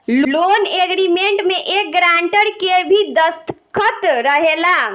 loan agreement में एक grantor के भी दस्तख़त रहेला